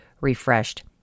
Refreshed